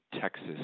Texas